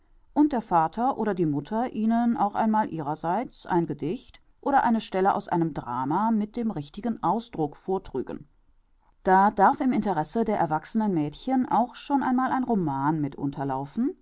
und der vater oder die mutter ihnen auch einmal ihrerseits ein gedicht oder eine stelle aus einem drama mit dem richtigen ausdruck vortrügen da darf im interesse der erwachsenen mädchen auch schon einmal ein roman mit